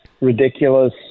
ridiculous